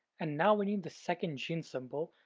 and now we need the second gene symbol.